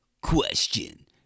Question